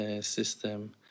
system